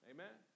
Amen